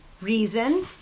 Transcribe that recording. reason